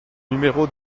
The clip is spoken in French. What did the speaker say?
numéro